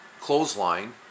clothesline